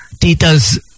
tita's